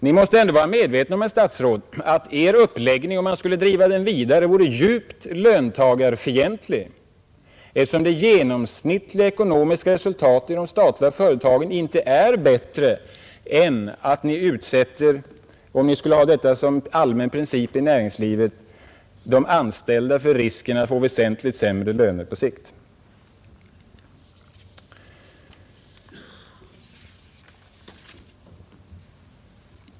Ni måste ändå dessutom vara medveten om, herr statsråd, att Er uppläggning, om den skulle drivas vidare, vore djupt löntagarfientlig, eftersom det genomsnittliga ekonomiska resultatet av de statliga företagen inte är bättre än att Ni — om Ni skulle ha detta som allmän princip i näringslivet — utsätter de anställda för risken att få väsentligt sämre löner på sikt.